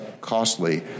costly